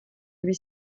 lui